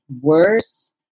worse